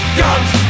guns